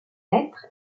lettre